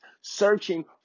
searching